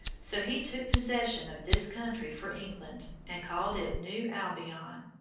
so he took possession of this country for england, and called it new albion.